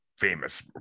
famous